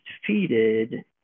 defeated